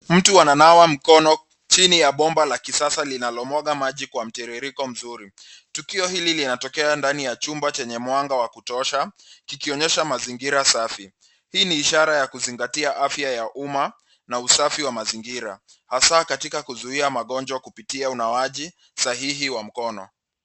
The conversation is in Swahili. Mtu ananawa mkono chini ya bomba la kisasa linalomwaga maji kwa mtiririko mzuri. Tukio hili linatokea ndani ya chumba chenye mwanga wa kutosha kikionyesha mazingira safi. Hii ni ishara ya kuzingatia afya ya umma na usafi wa mazingira hasa katika kuzuia magonjwa kupitia unawaji sahihi wa mkono.